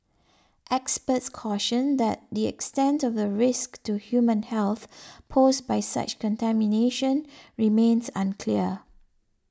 experts cautioned that the extent of the risk to human health posed by such contamination remains unclear